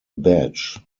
badge